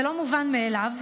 זה לא מובן מאליו,